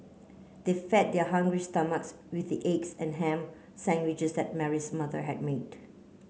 they fed their hungry stomachs with the eggs and ham sandwiches that Mary's mother had made